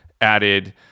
added